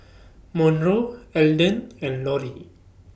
Monroe Alden and Lorrie